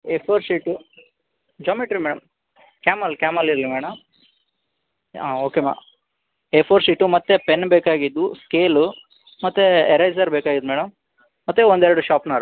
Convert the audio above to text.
A four sheet geometry ma'am Camel Camel ಇರಲಿ madam okay ma'am A four sheet ಮತ್ತು pen ಬೇಕಾಗಿದ್ದವು scale ಮತ್ತು eraser ಬೇಕಾಗಿತ್ತು madam ಮತ್ತು ಒಂದು ಎರಡು ಶೋಪ್ನರ್